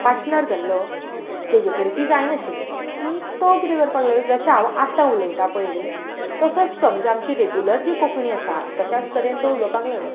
partner जाल्लो ताजे कडेन ती जायनाशिल्ली म्हणून तो कितें करपाक लागलो जशें हांव आतां उलयता पळय न्ही तसोच तो म्हणचे आमची रेग्यूलर जी कोंकणी आसा तश्याच तरेन तो उलोवपाक लागलो